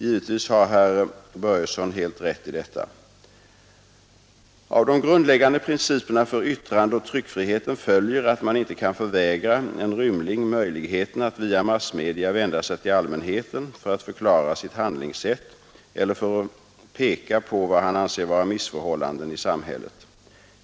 Givetvis har herr Börjesson helt rätt i detta. Av de grundläggande principerna för yttrandeoch tryckfriheten följer att man inte kan förvägra en rymling möjligheten att via massmedia vända sig till allmänheten för att förklara sitt handlingssätt eller för att peka på vad han anser vara missförhållanden i samhället.